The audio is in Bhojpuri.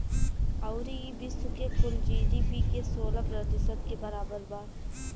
अउरी ई विश्व के कुल जी.डी.पी के सोलह प्रतिशत के बराबर बा